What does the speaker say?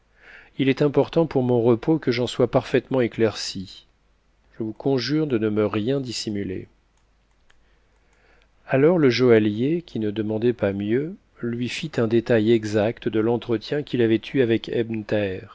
i est important pour mon repos que j'en sois parfaitement éclairci je vous conjure de ne me rien dissimuler alors le joaillier qui ne demandait pas mieux lui fit un détail exact de l'entretien qu'il avait eu avec